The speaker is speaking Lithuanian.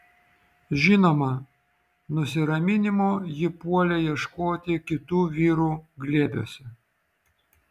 žinoma nusiraminimo ji puolė ieškoti kitų vyrų glėbiuose